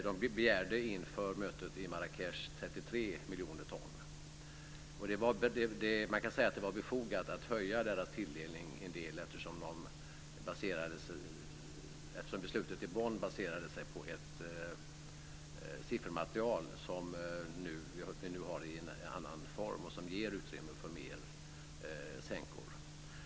De begärde inför mötet i Marrakech 33 Man kan säga att det var befogat att höja deras tilldelning en del eftersom beslutet i Bonn baserade sig på ett siffermaterial som vi nu har i en annan form som ger utrymme för mer sänkor.